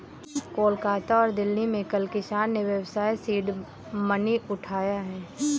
कोलकाता और दिल्ली में कल किसान ने व्यवसाय सीड मनी उठाया है